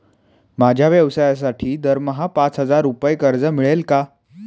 माझ्या व्यवसायासाठी दरमहा पाच हजार रुपये कर्ज मिळेल का?